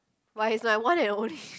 but he's my one and only